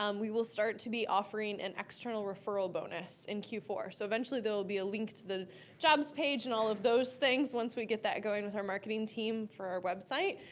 um we will start to be offering an external referral bonus in q four. so eventually there'll be a link to the jobs page, and all of those things once we get that going with our marketing team for our website.